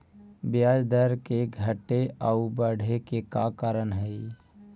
ब्याज दर के घटे आउ बढ़े के का कारण हई?